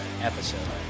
episode